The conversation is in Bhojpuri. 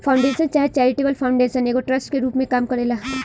फाउंडेशन चाहे चैरिटेबल फाउंडेशन एगो ट्रस्ट के रूप में काम करेला